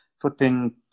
flipping